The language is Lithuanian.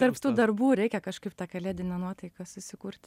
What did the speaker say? tarp tų darbų reikia kažkaip tą kalėdinę nuotaiką susikurti